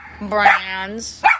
brands